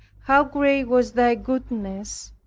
how great was thy goodness,